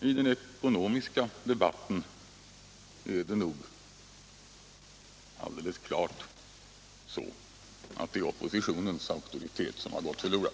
I den ekonomiska debatten är det nog alldeles klart att det är oppositionens auktoritet som gått förlorad.